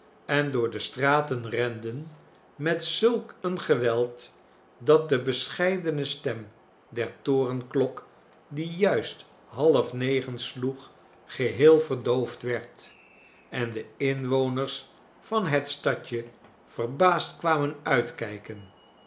en door de straten renden met zulk een geweld dat de bescheidene stem der torenklok die juist half negen sloeg geheel verdoofd werd en de inwoners van het stadje vefbaasd kwamen uitkijken